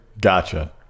gotcha